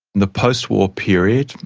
the post-war period,